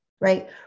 right